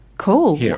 Cool